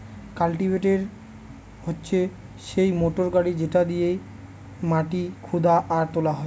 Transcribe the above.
cultivator হচ্ছে সেই motor গাড়ি যেটা দিয়েক মাটি খুদা আর তোলা হয়